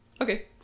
Okay